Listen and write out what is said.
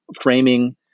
framing